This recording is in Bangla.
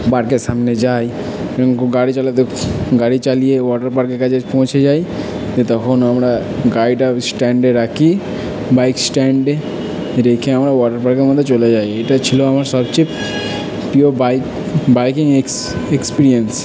পার্কের সামনে যাই গাড়ি চালাতে গাড়ি চালিয়ে ওয়াটার পার্কের কাছে পৌঁছে যাই তো তখন আমরা গাড়িটা ওই স্ট্যান্ডে রাখি বাইক স্ট্যান্ডে রেখে আমরা ওয়াটার পার্কের মধ্যে চলে যাই এটা ছিলো আমার সবচেয়ে প্রিয় বাইক বাইকিং এক্সপিরিয়েন্স